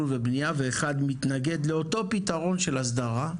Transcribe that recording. ובנייה ואחד מתנגד לאותו פתרון של הסדרה.